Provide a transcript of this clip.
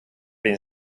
been